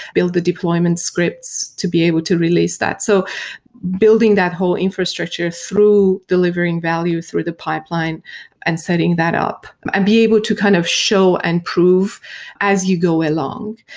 build the deployment scripts to be able to release that. so building that whole infrastructure through delivering value through the pipeline and setting that up and be able to kind of show and prove as you go along.